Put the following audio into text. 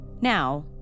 Now